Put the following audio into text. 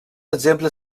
exemple